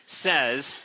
says